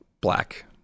Black